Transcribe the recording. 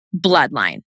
bloodline